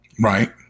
Right